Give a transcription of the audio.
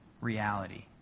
reality